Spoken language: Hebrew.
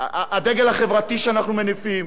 הדגל החברתי שאנחנו מניפים,